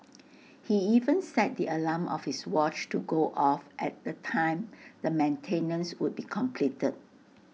he even set the alarm of his watch to go off at the time the maintenance would be completed